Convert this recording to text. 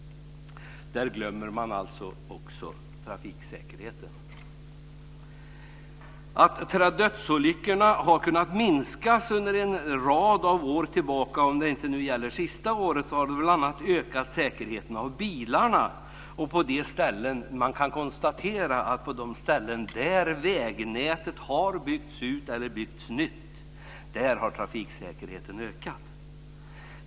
Där glömmer man också trafiksäkerheten. Dödsolyckorna har kunnat minskas under en rad av år tillbaka, om det nu inte gäller det senaste året. Bl.a. har säkerheten ökat i bilarna. Man kan konstatera att på de ställen där vägnätet har byggts ut eller där det byggts nytt har trafiksäkerheten ökat.